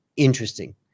Interesting